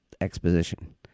exposition